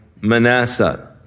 Manasseh